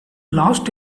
last